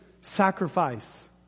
sacrifice